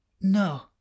no